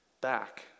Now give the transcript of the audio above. back